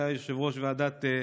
שהיה יושב-ראש ועדת,